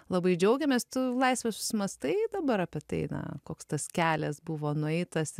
labai džiaugiamės tu laisvė susimąstai dabar apie tai na koks tas kelias buvo nueitas